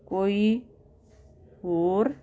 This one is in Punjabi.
ਕੋਈ ਹੋਰ